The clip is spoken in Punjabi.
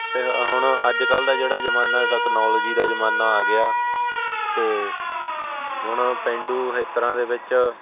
ਅਤੇ ਹੁਣ ਅੱਜ ਕੱਲ੍ਹ ਦਾ ਜਿਹੜਾ ਜ਼ਮਾਨਾ ਟੈਕਨੋਲਜੀ ਦਾ ਜ਼ਮਾਨਾ ਆ ਗਿਆ ਅਤੇ ਹੁਣ ਪੇਂਡੂ ਖੇਤਰਾਂ ਦੇ ਵਿਚ